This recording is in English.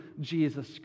Jesus